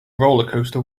rollercoaster